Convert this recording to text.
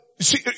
see